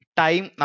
time